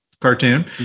cartoon